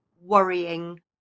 worrying